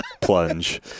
plunge